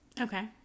Okay